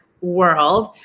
World